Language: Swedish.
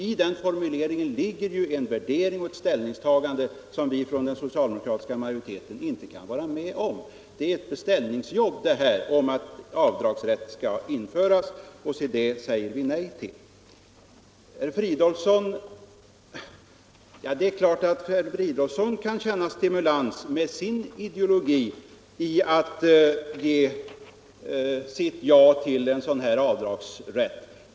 I den formuleringen ligger en värdering Torsdagen den och ett ställningstagande, som den socialdemokratiska majoriteten inte 20 mars 1975 kan instämma i. Det är en beställning av en avdragsrätt, och det säger vi nej till. Avdrag vid in Det är klart att herr Fridolfsson med sin ideologi kan känna stimulans - komstbeskattningen av en avdragsrätt.